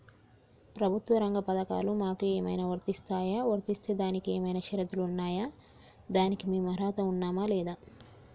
ప్రభుత్వ రంగ పథకాలు మాకు ఏమైనా వర్తిస్తాయా? వర్తిస్తే దానికి ఏమైనా షరతులు ఉన్నాయా? దానికి మేము అర్హత ఉన్నామా లేదా?